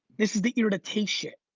this is the irritation.